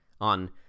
on